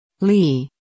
Lee